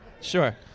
Sure